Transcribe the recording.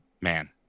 man